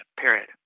period